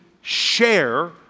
share